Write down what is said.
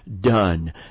done